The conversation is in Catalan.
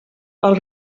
els